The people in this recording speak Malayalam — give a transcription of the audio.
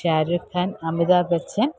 ഷാരൂഖ് ഖാൻ അമിതാബ്ബച്ചൻ